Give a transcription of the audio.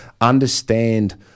understand